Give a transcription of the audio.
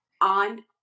on